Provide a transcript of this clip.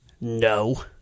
no